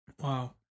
Wow